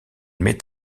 met